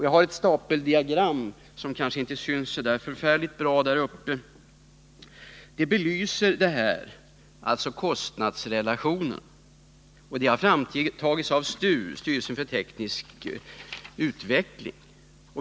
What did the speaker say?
Jag visar här på bildskärmen ett stapeldiagram som belyser kostnadsrelationen. Det har framtagits av STU, styrelsen för teknisk utveckling.